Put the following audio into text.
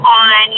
on